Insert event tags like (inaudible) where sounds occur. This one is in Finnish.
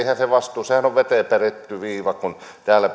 (unintelligible) se vastuuhan on veteen piirretty viiva täällä (unintelligible)